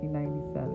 1997